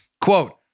quote